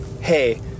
Hey